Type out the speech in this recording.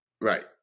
Right